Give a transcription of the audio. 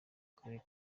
karere